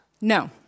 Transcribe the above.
No